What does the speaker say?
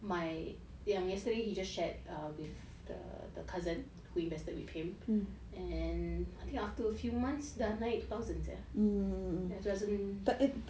my yang yesterday he just shared with the cousin who just invested with him and I think after a few months dah naik two thousands sia two thousands